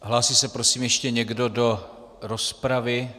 Hlásí se prosím ještě někdo do rozpravy?